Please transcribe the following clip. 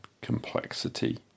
complexity